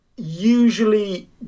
usually